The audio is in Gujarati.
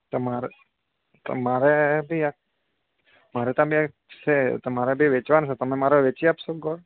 મારે તો મારે બી મારે તમે આ તો મારા તા વેચવાનું છે તો તમે મારો વેચી આપશો ગોળ